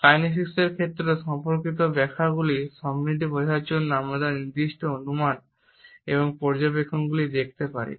কাইনেসিক্সের ক্ষেত্রের সাথে সম্পর্কিত ব্যাখ্যাগুলির সমৃদ্ধি বোঝার জন্য আমরা নির্দিষ্ট অনুমান এবং পর্যবেক্ষণগুলি দেখতে পারি